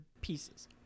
pieces